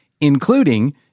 including